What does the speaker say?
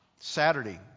saturday